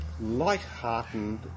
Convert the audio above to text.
lighthearted